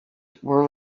were